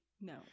No